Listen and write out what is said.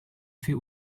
fait